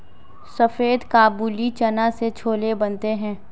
सफेद काबुली चना से छोले बनते हैं